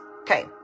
Okay